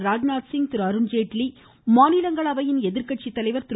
ராஜ்நாத்சிங் திரு அருண்ஜேட்லி மாநிலங்களவை எதிர்கட்சித்தலைவர் திரு